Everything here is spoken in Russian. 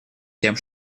тем